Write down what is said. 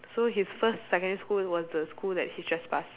so his first secondary school was the school that he trespass